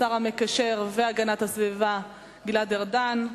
ישיב השר המקשר, השר להגנת הסביבה גלעד ארדן.